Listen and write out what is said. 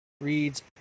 reads